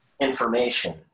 information